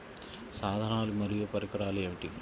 సాధనాలు మరియు పరికరాలు ఏమిటీ?